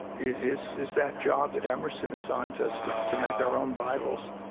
is is that job that emerson assigns us, to to make our own bibles,